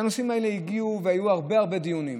שהנושאים האלה הגיעו והיו הרבה הרבה דיונים,